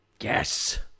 Yes